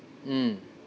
mm